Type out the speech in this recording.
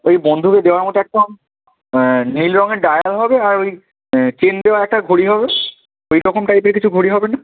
ওই বন্ধুকে দেওয়ার মতো একদম নীল রঙের ডায়াল হবে আর ওই চেন দেওয়া একটা ঘড়ি হবে ওই রকম টাইপের কিছু ঘড়ি হবে না